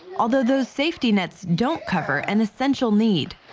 although the safety nets don't cover an essential need.